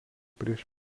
prieš